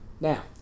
now